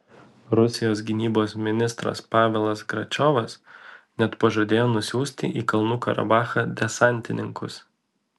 rusijos gynybos ministras pavelas gračiovas net pažadėjo nusiųsti į kalnų karabachą desantininkus